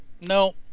No